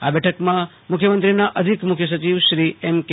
આ બેઠકમાં મુખ્યમંત્રીના અધિક મુખ્ય સચિવ શ્રી એમ કે